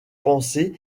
penser